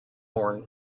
horn